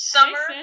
Summer